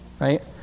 Right